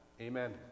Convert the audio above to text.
amen